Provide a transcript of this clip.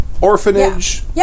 orphanage